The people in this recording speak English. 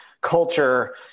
culture